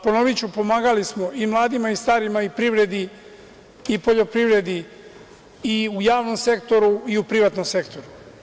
Ponoviću, pomagali smo i mladima i starima, i privredi, i poljoprivredi, i u javnom sektoru, i u privatnom sektoru.